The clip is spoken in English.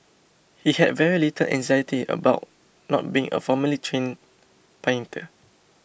he had very little anxiety about not being a formally trained painter